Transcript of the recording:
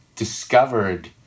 Discovered